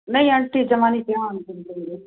ਨਹੀਂ ਆਂਟੀ ਜਮਾ ਨਹੀਂ ਧਿਆਨ ਦਿੰਦੇ ਹੈਗੇ